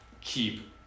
keep